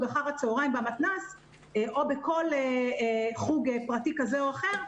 אחר הצוהריים במתנ"ס או בכל חוג פרטי כזה או אחר.